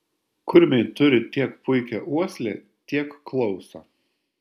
kurmiai turi tiek puikią uoslę tiek klausą